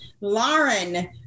Lauren